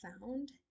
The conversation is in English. found